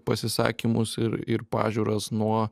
pasisakymus ir ir pažiūras nuo